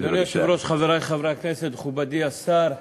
אדוני היושב-ראש, חברי חברי הכנסת, מכובדי השר,